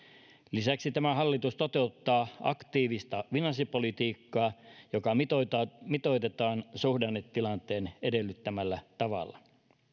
lisäksi tämä hallitus toteuttaa aktiivista finanssipolitiikkaa joka mitoitetaan suhdannetilanteen edellyttämällä tavalla